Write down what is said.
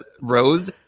rose